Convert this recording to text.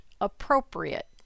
appropriate